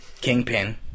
Kingpin